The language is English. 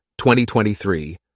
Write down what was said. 2023